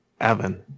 Evan